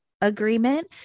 agreement